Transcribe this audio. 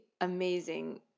amazing